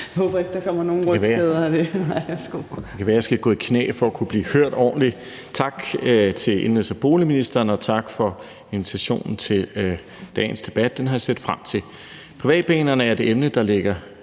Engelbrecht): Det kan være, jeg skal gå i knæ for at kunne blive hørt ordentligt. Tak til indenrigs- og boligministeren, og tak for invitationen til dagens debat. Den har jeg set frem til. Privatbanerne er et emne, der ligger